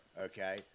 Okay